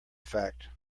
fact